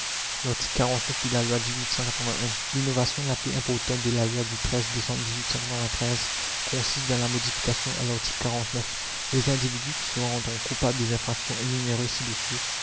l'innovation la plus importante de la loi du décembre consiste dans la modification à larticle es individus qui se rendront coupables des infractions énumérées ci-dessus